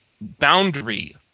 boundary